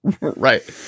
Right